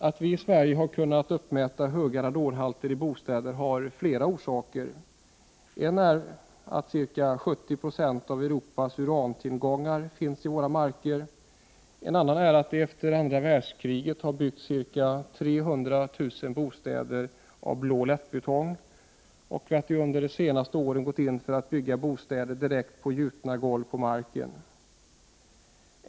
Att vi i Sverige har kunnat uppmäta höga radonhalter i bostäder har flera orsaker. En är att ca 70 90 av Europas urantillgångar finns i våra marker, en annan är att det efter andra världskriget har byggts ca 300 000 bostäder av blå lättbetong och att vi under de senaste åren gått in för att bygga bostäder direkt på gjutna golv på marken.